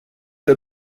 der